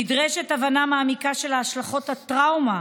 נדרשת הבנה מעמיקה של השלכות הטראומה,